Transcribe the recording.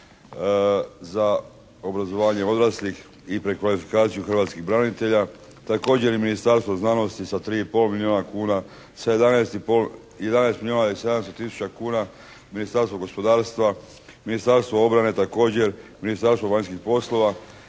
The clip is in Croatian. za obrazovanje odraslih i prekvalifikaciju hrvatskih branitelja. Također i Ministarstvo znanosti sa 3 i pol milijuna kuna, 11 milijuna i 700 tisuća kuna Ministarstvo gospodarstva, Ministarstvo obrane također, Ministarstvo vanjskih poslova.